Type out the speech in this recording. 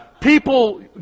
people